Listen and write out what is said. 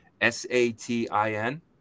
s-a-t-i-n